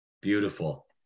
Beautiful